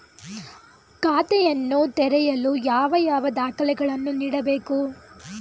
ಖಾತೆಯನ್ನು ತೆರೆಯಲು ಯಾವ ಯಾವ ದಾಖಲೆಗಳನ್ನು ನೀಡಬೇಕು?